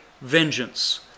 vengeance